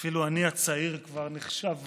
אפילו אני, הצעיר, כבר נחשב ותיק.